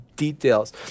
details